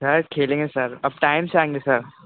बस खेलेंगे सर अब टाइम से आएँगे सर